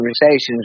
conversations